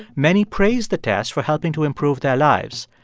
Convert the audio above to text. many praised the test for helping to improve their lives.